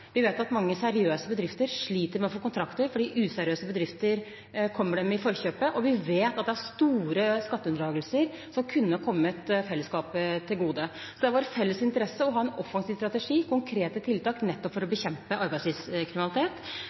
Vi vet at mange seriøse bedrifter sliter med å få kontrakter fordi useriøse bedrifter kommer dem i forkjøpet, og vi vet at det er store skatteunndragelser som kunne kommet fellesskapet til gode. Det er i vår felles interesse å ha en offensiv strategi med konkrete tiltak nettopp for å bekjempe arbeidslivskriminalitet.